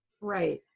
Right